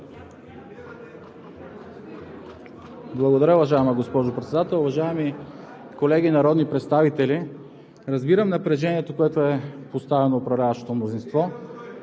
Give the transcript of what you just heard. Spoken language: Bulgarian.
Благодаря, уважаема госпожо Председател. Уважаеми колеги народни представители, разбирам напрежението, в което е поставено управляващото мнозинство.